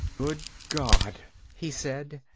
good god, he said.